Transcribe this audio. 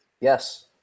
Yes